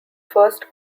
first